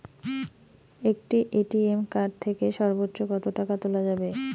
একটি ATM card থেকে সর্বোচ্চ কত টাকা তোলা যাবে?